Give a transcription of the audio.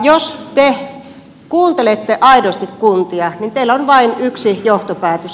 jos te kuuntelette aidosti kuntia niin teillä on vain yksi johtopäätös